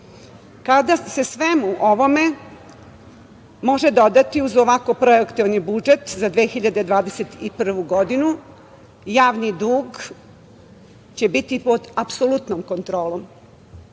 Kada se svemu ovome može dodati, uz ovako projektovani budžet za 2021. godinu, javni dug će biti pod apsolutnom kontrolom,